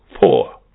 Four